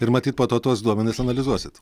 ir matyt po to tuos duomenis analizuosit